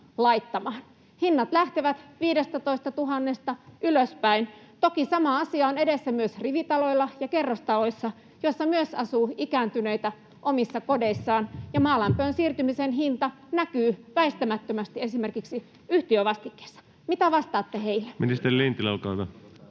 Hinnat lähtevät 15 000:sta ylöspäin. Toki sama asia on edessä myös rivitaloissa ja kerrostaloissa, joissa myös asuu ikääntyneitä omissa kodeissaan ja maalämpöön siirtymisen hinta näkyy väistämättömästi esimerkiksi yhtiövastikkeessa. Mitä vastaatte heille?